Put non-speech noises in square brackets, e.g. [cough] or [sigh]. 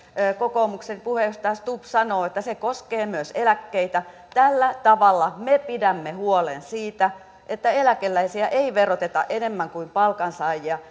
kokoomuksen puheenjohtaja stubb sanoo se koskee myös eläkkeitä tällä tavalla me pidämme huolen siitä että eläkeläisiä ei veroteta enemmän kuin palkansaajia [unintelligible]